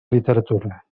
literatura